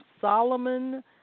Solomon